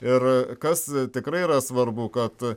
ir kas tikrai yra svarbu kad